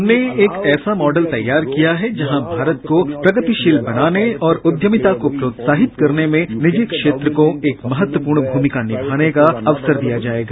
हमने एक ऐसा मॉडल तैयार किया है जहां भारत को प्रगतिशील बनाने उद्यमिता को प्रोत्साहित करने में निजी क्षेत्र को एक महत्वपूर्ण भूमिका निभाने का अवसर दिया जाएगा